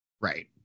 Right